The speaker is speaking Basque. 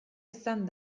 izan